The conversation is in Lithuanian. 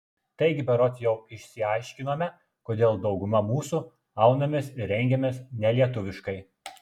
taigi berods jau išsiaiškinome kodėl dauguma mūsų aunamės ir rengiamės nelietuviškai